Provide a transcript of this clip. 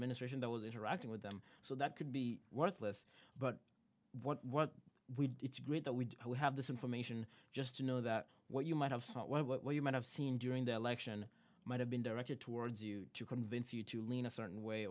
administration that was interacting with them so that could be worthless but what we did it's great that we have this information just to know that what you might have saw what you might have seen during the election might have been directed towards you to convince you to lean a certain way